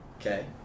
Okay